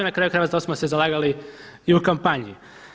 I na kraju krajeva to smo se zalagali i u kampanji.